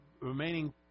remaining